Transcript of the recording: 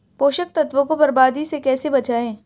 पोषक तत्वों को बर्बादी से कैसे बचाएं?